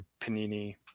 Panini